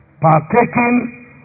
Partaking